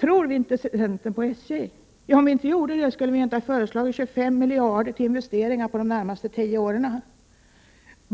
Det frågas här: Tror inte ni i centern på SJ? Ja, om vi inte gjorde det, hade vi ju inte föreslagit att 25 miljarder skulle avsättas för investeringar under de närmaste tio åren.